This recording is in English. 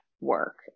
work